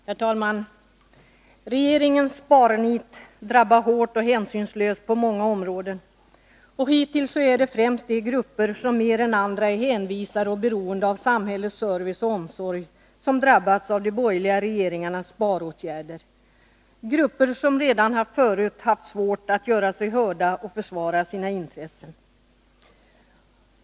Herr talman! Regeringens sparnit drabbar hårt och hänsynslöst på många områden. Hittills är det främst de grupper som mer än andra är hänvisade till och beroende av samhällets service och omsorg som drabbats av de borgerliga regeringarnas sparåtgärder — grupper som redan förut haft svårt att göra sig hörda och försvara sina intressen.